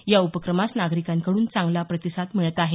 या उपक्रमास नागरिकांकडून चांगला प्रतिसाद मिळत आहे